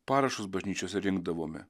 parašus bažnyčiose rinkdavome